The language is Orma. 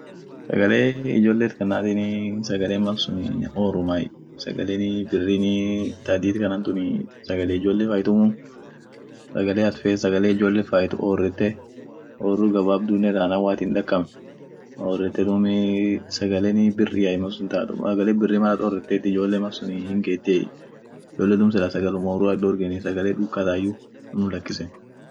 sagalen ijoleet kananit malsun oorumai sagalein diid kanan kun sagale ijoole faaitumu, sagale at feet sagale ijoole fait oorete ooru gabaabduunen itaanan mal atin hindakabn oorete duub sagalen biriai, sagale biri malat ooreteet ijoole hingeetie, ijoole duum sagale ooruma tan itdoorgeni ta duukaa tayu unumlakisen